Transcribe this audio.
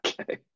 okay